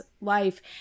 life